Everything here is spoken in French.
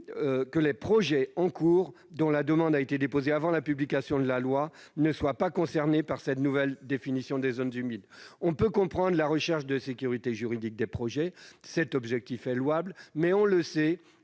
que les projets en cours, dont la demande a été déposée avant la publication de la loi, ne soient pas concernés par cette nouvelle définition des zones humides. On peut comprendre que l'on recherche la sécurité juridique de ces projets. Mais, si cet objectif est louable, on sait